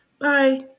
Bye